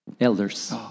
Elders